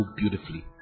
beautifully